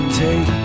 take